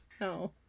No